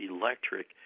electric